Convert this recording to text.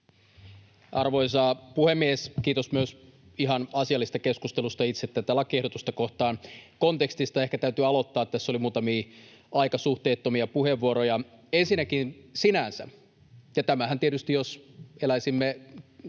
Arvoisa puhemies! Kiitos myös ihan asiallisesta keskustelusta itse tätä lakiehdotusta kohtaan. Kontekstista ehkä täytyy aloittaa, tässä oli muutamia aika suhteettomia puheenvuoroja. Ensinnäkin sinänsä — ja tämähän tietysti, jos eläisimme